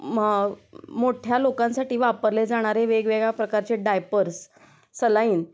म मोठ्या लोकांसाठी वापरले जाणारे वेगवेगळ्या प्रकारचे डायपर्स सलाईन